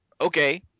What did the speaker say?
okay